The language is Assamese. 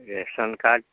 ration card